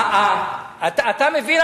אתה מבין,